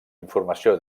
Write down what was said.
informació